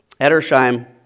Edersheim